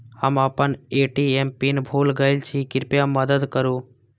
हम आपन ATM pin भूल गईल छी, कृपया मदद करू